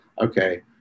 okay